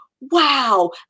wow